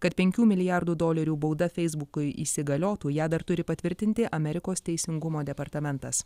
kad penkių milijardų dolerių bauda feisbukui įsigaliotų ją dar turi patvirtinti amerikos teisingumo departamentas